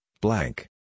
blank